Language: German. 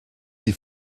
die